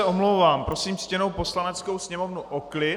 Omlouvám se, prosím ctěnou Poslaneckou sněmovnu o klid.